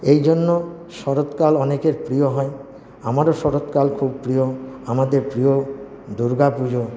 এই জন্য শরৎকাল অনেকের প্রিয় হয় আমারও শরৎকাল খুব প্রিয় আমাদের প্রিয় দুর্গাপুজো